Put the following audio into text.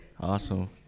Awesome